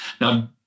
Now